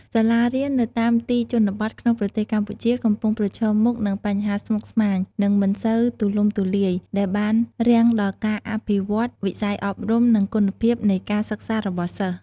សាលារៀននៅតាមទីជនបទក្នុងប្រទេសកម្ពុជា កំពុងប្រឈមមុខនឹងបញ្ហាស្មុគស្មាញ និងមិនសូវទូលំទូលាយ ដែលបានរាំងដល់ការអភិវឌ្ឍវិស័យអប់រំ និងគុណភាពនៃការសិក្សារបស់សិស្ស។